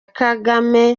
kagame